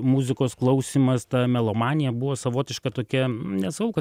muzikos klausymas melomanija buvo savotiška tokia nesakau kad